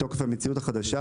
בתוקף המציאות החדשה,